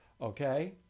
Okay